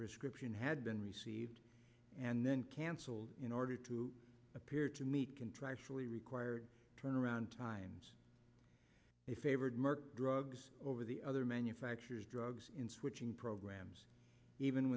prescription had been received and then cancelled in order to appear to meet contractually required turnaround times they favored merck drugs over the other manufactures drugs in switching programs even